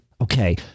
Okay